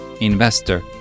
investor